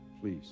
please